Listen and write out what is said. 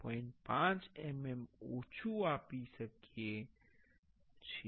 5 mm ઓછું આપી શકીએ છીએ